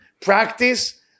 practice